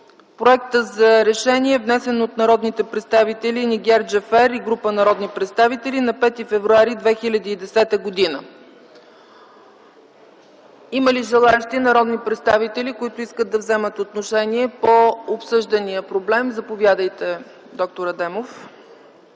Проектът за решение е внесен от госпожа Нигяр Джафер и група народни представители на 5 февруари 2010 г. Има ли народни представители, които искат да вземат отношение по обсъждания проблем? Заповядайте, д-р Адемов.